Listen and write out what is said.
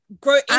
grow